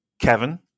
Kevin